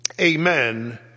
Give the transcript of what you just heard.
amen